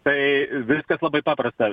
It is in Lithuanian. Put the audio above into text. tai viskas labai paprasta